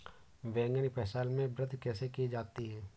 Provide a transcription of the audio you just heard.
बैंगन की फसल में वृद्धि कैसे की जाती है?